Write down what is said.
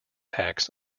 tax